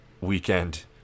weekend